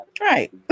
Right